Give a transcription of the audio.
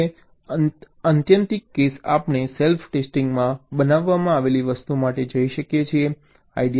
હવે આત્યંતિક કેસ આપણે સેલ્ફ ટેસ્ટિંગમાં બનાવવામાં આવેલી વસ્તુ માટે જઈ શકીએ છીએ